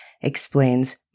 Explains